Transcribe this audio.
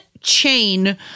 chain